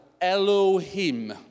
Elohim